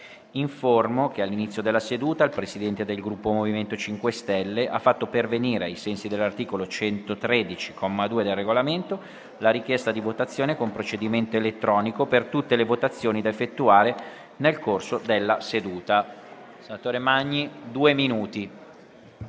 che all'inizio della seduta il Presidente del Gruppo MoVimento 5 Stelle ha fatto pervenire, ai sensi dell'articolo 113, comma 2, del Regolamento, la richiesta di votazione con procedimento elettronico per tutte le votazioni da effettuare nel corso della seduta.